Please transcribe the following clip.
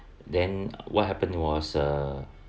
then what happened was a